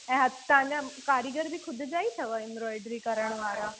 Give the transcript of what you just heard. ऐं हथ तव्हांजा कारीगर बि ख़ुदि जा ई अथव एम्ब्रॉइडरी करण वारा